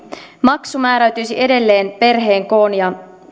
maksu määräytyisi edelleen perheen koon ja